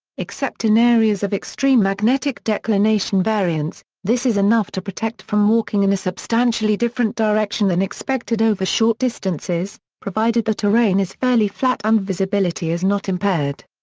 except in areas of extreme magnetic declination variance, this is enough to protect from walking in a substantially different direction than expected over short distances, provided the terrain is fairly flat and visibility is not impaired.